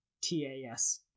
T-A-S-